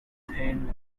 thin